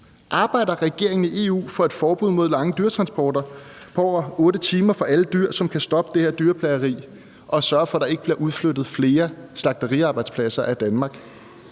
Arbejder regeringen i EU for et forbud mod lange dyretransporter på over 8 timer af alle dyr, så man kan stoppe det her dyrplageri og sørge for, at der ikke bliver udflyttet flere slagteriarbejdspladser fra Danmark?